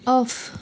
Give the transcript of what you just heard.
off